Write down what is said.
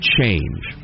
change